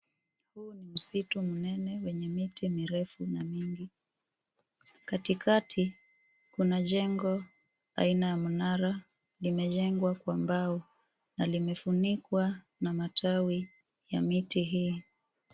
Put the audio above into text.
Huu ni msitu mnene wenye miti mirefu na mingi. Katikati kuna jengo aina ya mnara. Limejengwa kwa mbao na limefunikwa na matawi ya miti hii.